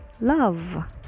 love